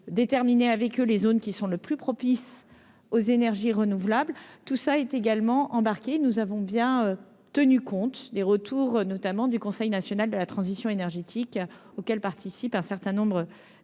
déterminé avec eux les zones qui sont le plus propice aux énergies renouvelables, tout ça est également embarqué, nous avons bien tenu compte des retours notamment du Conseil national de la transition énergétique auquel participe un certain nombre d'associations